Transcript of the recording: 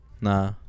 Nah